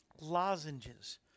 lozenges